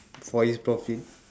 for his profit